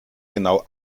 genau